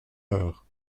eure